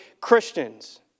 Christians